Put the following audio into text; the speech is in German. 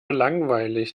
langweilig